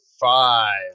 five